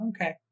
okay